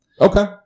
Okay